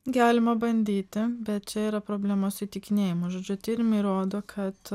galima bandyti bet čia yra problema sutikinėjimo žodžiu tyrimai rodo kad